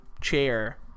chair